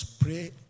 pray